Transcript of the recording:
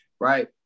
right